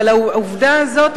אבל העובדה הזאת,